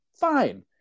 fine